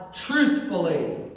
truthfully